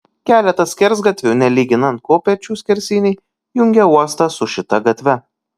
keletas skersgatvių nelyginant kopėčių skersiniai jungė uostą su šita gatve